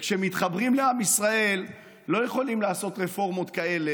כשמתחברים לעם ישראל לא יכולים לעשות רפורמות כאלה